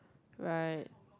right